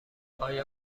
آیا